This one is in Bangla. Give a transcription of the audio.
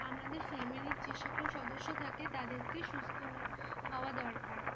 আমাদের ফ্যামিলির যে সকল সদস্য থাকে তাদেরকে সুস্থ হওয়া দরকার